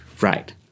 Right